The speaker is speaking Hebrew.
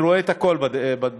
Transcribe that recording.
אני רואה את הכול בדרכים,